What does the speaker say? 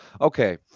Okay